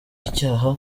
icyaha